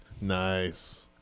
Nice